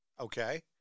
Okay